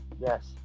Yes